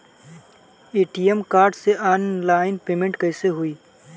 ATM card से online payment कैसे होई?